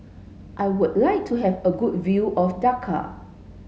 I would like to have a good view of Dakar